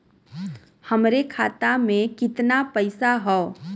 हमरे खाता में कितना पईसा हौ?